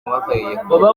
amategeko